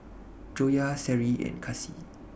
Joyah Seri and Kasih